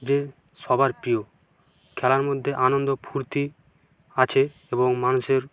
যে সবার প্রিয় খেলার মধ্যে আনন্দ ফুর্তি আছে এবং মানুষের